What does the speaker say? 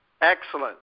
Excellent